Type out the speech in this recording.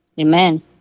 Amen